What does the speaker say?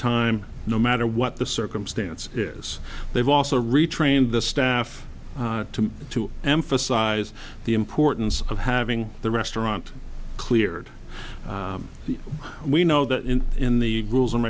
time no matter what the circumstance is they've also retrained the staff to emphasize the importance of having the restaurant cleared we know that in in the rules and